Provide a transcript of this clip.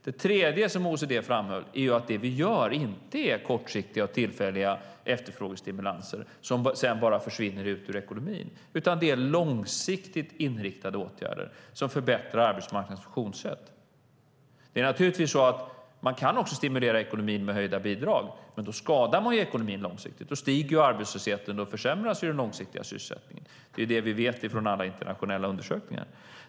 Det tredje OECD framhöll var att det vi gör inte är kortsiktiga och tillfälliga efterfrågestimulanser, som sedan bara försvinner ut ur ekonomin, utan långsiktigt inriktade åtgärder som förbättrar arbetsmarknadens funktionssätt. Naturligtvis kan man också stimulera ekonomin med höjda bidrag, men då skadar man ekonomin långsiktigt. Arbetslösheten stiger och den långsiktiga tillväxten försämras. Det vet vi från alla internationella undersökningar.